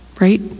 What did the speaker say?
right